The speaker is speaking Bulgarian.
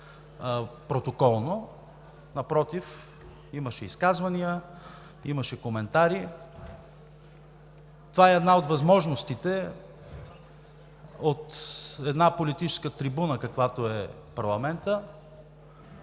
протоколно. Напротив, имаше изказвания, имаше коментари. Това е една от възможностите от една политическа трибуна, каквато е парламентът,